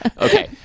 Okay